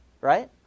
right